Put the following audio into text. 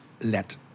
let